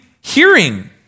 hearing